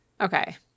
Okay